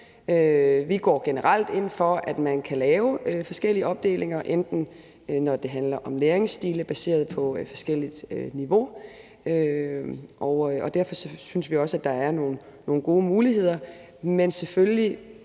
Vi går generelt ind for, at man kan lave forskellige opdelinger, bl.a. når det handler om læringsstile baseret på forskellige niveauer. Derfor synes vi også, at der er nogle gode muligheder,